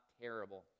terrible